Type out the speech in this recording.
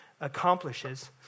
accomplishes